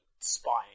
spying